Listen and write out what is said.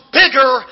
bigger